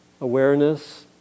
awareness